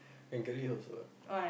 can carry her also eh